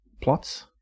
plots